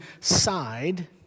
side